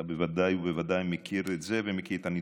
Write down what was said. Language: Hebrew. אתה בוודאי ובוודאי מכיר את זה ומכיר את הנתונים.